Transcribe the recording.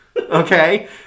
okay